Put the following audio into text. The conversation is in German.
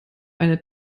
eine